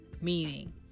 meaning